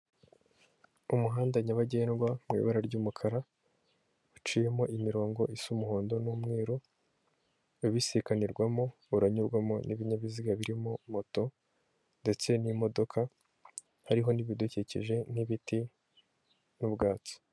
Umuhanda nyabagendwa mu ibara ry'umukara uciyemo imirongo isa umuhondo n'umweru, ibisikanirwamo, uranyurwamo n'ibinyabiziga birimo moto ndetse n'imodoka hariho n'ibidukikije nk'ibiti n'ubwatsi.